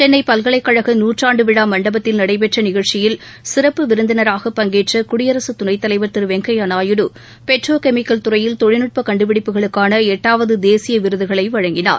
சென்னை பல்கலைக்கழக நூற்றாண்டு விழா மண்டபத்தில் நடைபெற்ற நிகழ்ச்சியில் சிறப்பு விருந்தினராக பங்கேற்ற குடியரசு துணைத்தலைவர் திரு வெங்கையா நாயுடு பெட்ரோ கெமிக்கல் துறையில் தொழில்நுட்ப கண்டுபிடிப்புகளுக்கான எட்டாவது தேசிய விருதுகளை வழங்கினார்